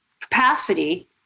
capacity